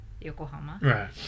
Yokohama